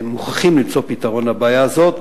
מוכרחים למצוא פתרון לבעיה הזו,